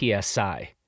PSI